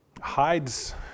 hides